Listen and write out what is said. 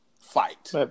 fight